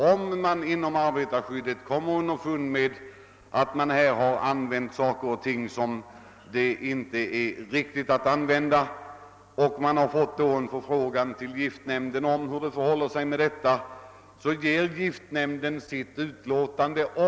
Om man alltså inom arbetarskyddsstyrelsen kommer underfund med att det har använts ämnen som det inte är riktigt att använda görs en förfrågan hos giftnämnden om hur det förhåller sig med saken, och giftnämnden avger ett utlåtande.